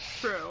True